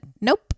nope